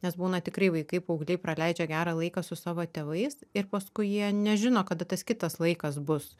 nes būna tikrai vaikai paaugliai praleidžia gerą laiką su savo tėvais ir paskui jie nežino kada tas kitas laikas bus